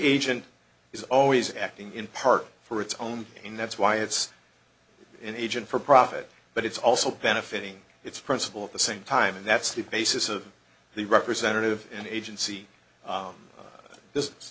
agent is always acting in part for its own in that's why it's an agent for profit but it's also benefiting its principal at the same time and that's the basis of the representative of an agency